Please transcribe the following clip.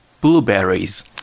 blueberries